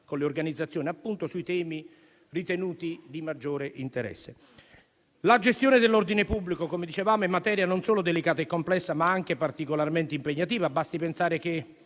con le organizzazioni sui temi ritenuti di maggiore interesse. La gestione dell'ordine pubblico - come dicevamo - è materia non solo delicata e complessa, ma anche particolarmente impegnativa. Basti pensare che,